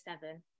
seven